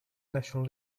national